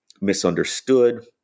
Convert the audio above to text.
misunderstood